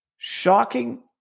Shocking